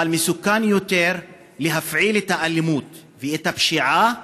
אבל מסוכן יותר להפעיל את האלימות ואת הפשיעה